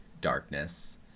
darkness